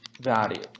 value